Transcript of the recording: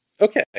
Okay